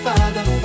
Father